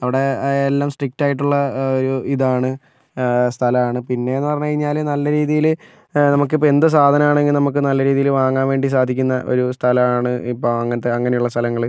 അവിടെ എല്ലാം സ്ട്രിക്റ്റ് ആയിട്ടുള്ള ഒരു ഇതാണ് സ്ഥലമാണ് പിന്നെയെന്ന് പറഞ്ഞ് കഴിഞ്ഞാൽ നല്ല രീതിയിൽ നമുക്കിപ്പോൾ എന്ത് സാധനമാണെങ്കിൽ നമുക്ക് നല്ല രീതിയിൽ വാങ്ങാൻ വേണ്ടി സാധിക്കുന്ന ഒരു സ്ഥലമാണ് ഇപ്പം അങ്ങനത്തെ അങ്ങനെയുള്ള സ്ഥലങ്ങളിൽ